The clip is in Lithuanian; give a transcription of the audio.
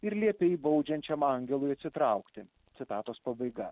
ir liepei baudžiančiam angelui atsitraukti citatos pabaiga